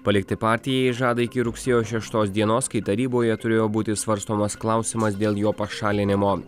palikti partiją jis žada iki rugsėjo šeštos dienos kai taryboje turėjo būti svarstomas klausimas dėl jo pašalinimo